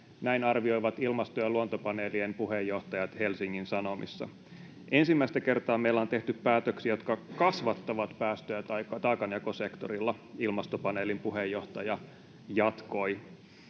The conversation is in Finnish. Näin arvioivat ilmasto- ja luontopaneelien puheenjohtajat Helsingin Sanomissa. ”Ensimmäistä kertaa meillä on tehty päätöksiä, jotka kasvattavat päästöjä taakanjakosektorilla”, Ilmastopaneelin puheenjohtaja jatkoi.